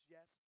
Yes